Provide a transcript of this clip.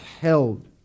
held